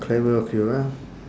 clever of you ah